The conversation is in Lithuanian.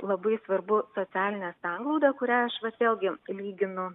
labai svarbu socialinė sanglauda kurią aš vėlgi lyginu